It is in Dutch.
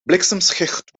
bliksemschicht